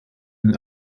den